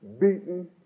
beaten